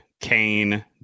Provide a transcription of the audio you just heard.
Kane